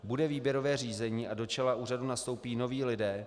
Bude výběrové řízení a do čela úřadu nastoupí noví lidé?